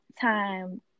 time